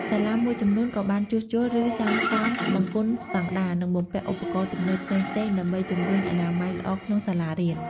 សាលាមួយចំនួនក៏បានជួសជុល ឬសាងសង់បង្គន់ស្តង់ដារ និងបំពាក់ឧបករណ៍ទំនើបផ្សេងៗ ដើម្បីជំរុញអនាម័យល្អក្នុងសាលារៀន។